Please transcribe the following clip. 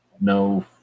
no